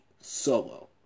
Solo